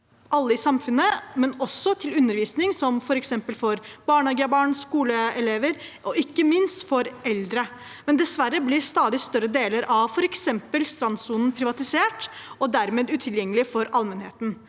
alle i samfunnet, også ved undervisning av f.eks. barnehagebarn og skoleelever, og ikke minst for eldre. Dessverre blir stadig større deler av f.eks. strandsonen privatisert og dermed utilgjengelig for allmennheten.